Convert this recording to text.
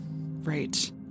right